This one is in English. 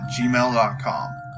gmail.com